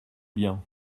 biens